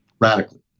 Radically